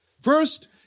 First